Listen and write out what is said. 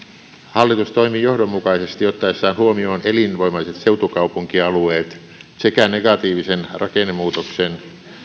hallitus toimii johdonmukaisesti ottaessaan huomioon elinvoimaiset seutukaupunkialueet sekä negatiivisen rakennemuutoksen